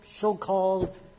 so-called